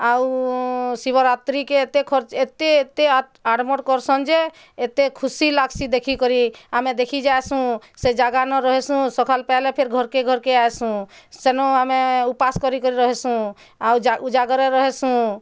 ଆଉ ଶିବରାତ୍ରୀ କେ ଏତେ ଖର୍ଚ୍ଚ ଏତେ ଏତେ ଆଡ଼ମର କର୍ସନ୍ ଯେ ଏତେ ଖୁସି ଲାଗ୍ସି ଦେଖି କରି ଆମେ ଦେଖି ଯାସୁଁ ସେ ଜାଗା ନ ରହିସୁଁ ସକାଲ୍ ପାଇଲେ ଫିର୍ ଘର୍କେ ଘର୍କେ ଆସୁଁ ସେନୁ ଆମେ ଉପାସ କରି କରି ରହିସୁଁ ଆଉ ଉଜାଗର ରହିସୁଁ